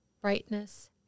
brightness